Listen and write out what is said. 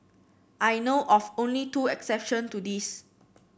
I know of only two exception to this